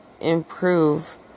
improve